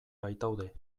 baitaude